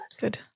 Good